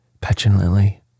petulantly